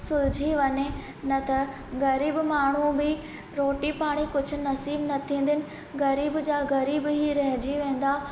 न त ग़रीब माण्हू बि रोटी पाणी कुझु नसीब न थींदुनि ग़रीब जा ग़रीब ई रहिजी वेंदा